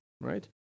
right